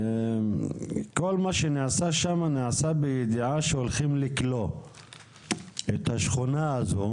כל מה שנעשה שם נעשה בידיעה שהולכים לכלוא את השכונה הזו